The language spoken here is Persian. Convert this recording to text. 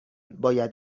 باید